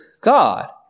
God